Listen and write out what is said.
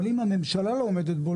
אבל אם הממשלה לא עומדת בו,